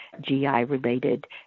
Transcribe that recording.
GI-related